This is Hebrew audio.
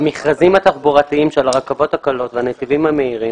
במכרזים התחבורתיים של הרכבות הקלות והנתיבים המהירים,